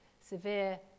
severe